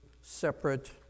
separate